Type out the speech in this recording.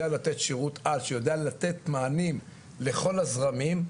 לתת שירות על שיודע לתת מענים לכל הזרמים,